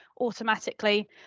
automatically